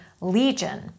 Legion